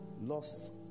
lost